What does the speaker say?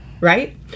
right